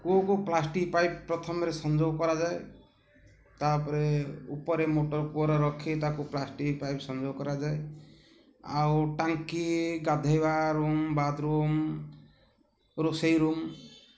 କୂଅକୁ plastic pipe ପ୍ରଥମରେ ସଂଯୋଗ କରାଯାଏ ତାପରେ ଉପରେ ମୋଟର୍ କୂଅରେ ରଖି ତାକୁ ପ୍ଲାଷ୍ଟିକ୍ ପାଇପ୍ ସଂଯୋଗ କରାଯାଏ ଆଉ ଟାଙ୍କି ଗାଧେଇବା ରୁମ୍ ବାଥରୁମ୍ ରୋଷେଇ ରୁମ୍